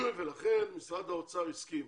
לכן משרד האוצר הסכים.